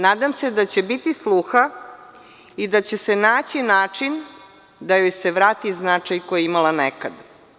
Nadam se da će biti sluha i da će se naći način da joj se vrati značaj koji je imala nekad.